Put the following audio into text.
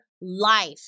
life